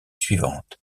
suivante